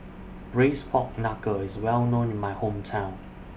Braised Pork Knuckle IS Well known in My Hometown